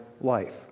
life